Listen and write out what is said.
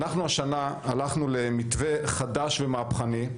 השנה הלכנו למתווה חדש ומהפכני,